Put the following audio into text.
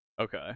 okay